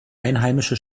einheimische